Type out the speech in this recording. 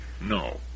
No